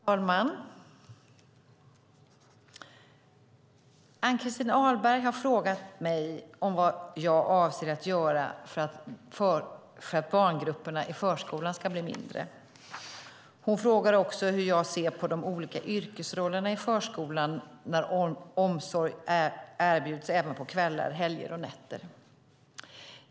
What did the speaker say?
Fru talman! Ann-Christin Ahlberg har frågat mig om vad jag avser att göra för att barngrupperna i förskolan ska bli mindre. Hon frågar också hur jag ser på de olika yrkesrollerna i förskolan när omsorg även erbjuds även på kvällar, helger och nätter.